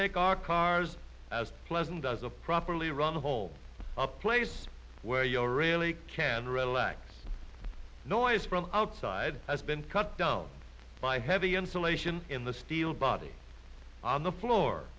make our cars as pleasant as a properly run the whole a place where your really can relax noise from outside has been cut down by heavy insulation in the steel body on the floor